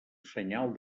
senyal